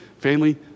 Family